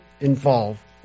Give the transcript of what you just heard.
involve